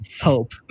Hope